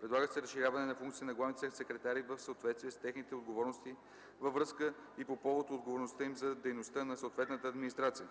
Предлага се разширяване на функциите на главните секретари в съответствие с техните отговорности във връзка и по повод отговорността им за дейността на съответната администрация.